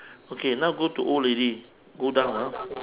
okay now go to old lady go down ah